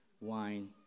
wine